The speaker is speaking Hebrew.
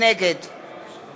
נגד